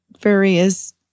various